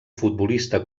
futbolista